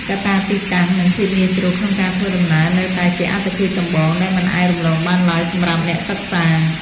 កត្តាទីតាំង និងភាពងាយស្រួលក្នុងការធ្វើដំណើរនៅតែជាអាទិភាពចម្បងដែលមិនអាចរំលងបានឡើយសម្រាប់អ្នកសិក្សា។